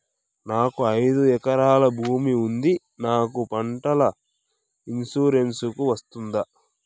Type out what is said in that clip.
నాకు ఐదు ఎకరాల భూమి ఉంది నాకు పంటల ఇన్సూరెన్సుకు వస్తుందా?